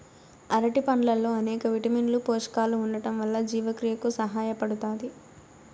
అరటి పండ్లల్లో అనేక విటమిన్లు, పోషకాలు ఉండటం వల్ల జీవక్రియకు సహాయపడుతాది